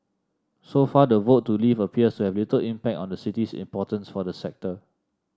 so far the vote to leave appears to have little impact on the city's importance for the sector